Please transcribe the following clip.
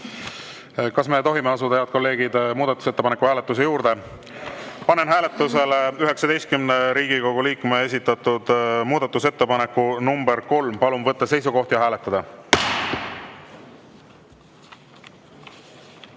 Kas me tohime asuda, head kolleegid, muudatusettepaneku hääletuse juurde? Panen hääletusele 19 Riigikogu liikme esitatud muudatusettepaneku nr 3. Palun võtta seisukoht ja hääletada!